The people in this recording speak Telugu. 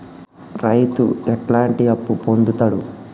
రైతు ఎట్లాంటి అప్పు పొందుతడు?